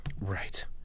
Right